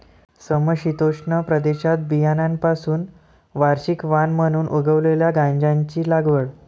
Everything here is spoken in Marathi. समशीतोष्ण प्रदेशात बियाण्यांपासून वार्षिक वाण म्हणून उगवलेल्या गांजाची लागवड